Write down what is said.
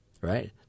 right